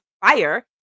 fire